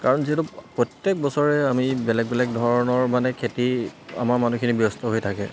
কাৰণ যিহেতু প্ৰত্যেক বছৰে আমি বেলেগ বেলেগ ধৰণৰ মানে খেতি আমাৰ মানুহখিনি ব্যস্ত হৈ থাকে